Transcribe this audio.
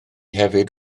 hefyd